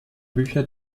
bücher